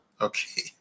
Okay